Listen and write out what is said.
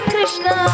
Krishna